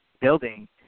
building